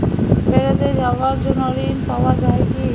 বেড়াতে যাওয়ার জন্য ঋণ পাওয়া যায় কি?